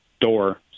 door